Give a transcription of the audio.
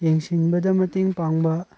ꯌꯦꯡꯁꯤꯟꯕꯗ ꯃꯇꯦꯡ ꯄꯥꯡꯕ